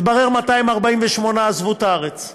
התברר: 248 עזבו את הארץ.